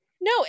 No